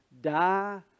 die